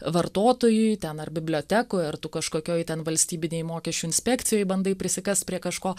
vartotojui ten ar bibliotekoj ar tu kažkokioj ten valstybinėj mokesčių inspekcijoj bandai prisikast prie kažko